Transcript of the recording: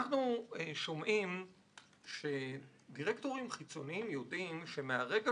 אנחנו שומעים שדירקטורים חיצוניים יודעים שמהרגע